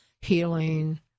healing